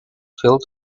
filled